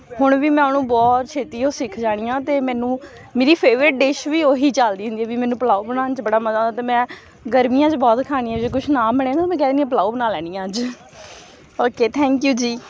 ਹੁਣ ਵੀ ਮੈਂ ਉਹਨੂੰ ਬਹੁਤ ਛੇਤੀ ਉਹ ਸਿੱਖ ਜਾਂਦੀ ਹਾਂ ਅਤੇ ਮੈਨੂੰ ਮੇਰੀ ਫੇਵਰੇਟ ਡਿਸ਼ ਵੀ ਉਹੀ ਚਲਦੀ ਹੁੰਦੀ ਵੀ ਮੈਨੂੰ ਪਲਾਓ ਬਣਾਉਣ 'ਚ ਬੜਾ ਮਜ਼ਾ ਆਉਂਦਾ ਅਤੇ ਮੈਂ ਗਰਮੀਆਂ 'ਚ ਬਹੁਤ ਖਾਂਦੀ ਹਾਂ ਜੇ ਕੁਛ ਨਾ ਬਣੇ ਨਾ ਮੈਂ ਕਹਿ ਦਿੰਦੀ ਹਾਂ ਪਲਾਓ ਬਣਾ ਲੈਂਦੀ ਹਾਂ ਅੱਜ ਓਕੇ ਥੈਂਕ ਊ ਜੀ